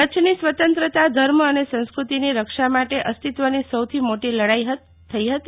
કચ્છની સ્વતંત્રતા ધર્મ અને સંસ્ક્રતિની રક્ષા માટે અસ્તિત્વની સૌથી મોટી લડાઈ થઈ હતી